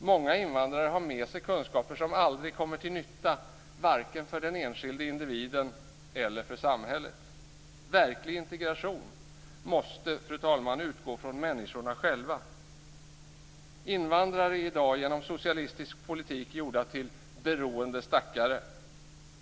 Många invandrare har med sig kunskaper som aldrig kommer till nytta, varken för den enskilde individen eller för samhället. Verklig integration, fru talman, måste utgå från människorna själva. Invandrare är i dag genom socialistisk politik gjorda till beroende stackare.